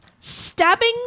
stabbing